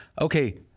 Okay